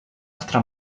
altra